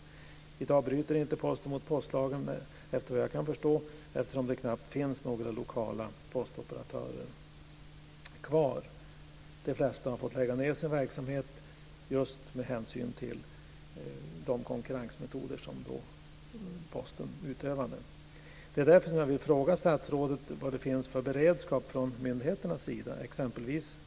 I dag bryter inte Posten mot postlagen såvitt jag kan förstå, eftersom det knappt finns några lokala postoperatörer kvar. De flesta har fått lägga ned sin verksamhet just med hänsyn till de konkurrensmetoder som Posten utövade.